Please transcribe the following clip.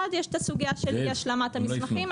יש את הסוגיה של אי השלמת המסמכים.